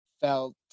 felt